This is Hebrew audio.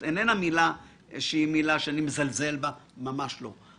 זאת איננה מילה שאני מזלזל בה, ממש לא.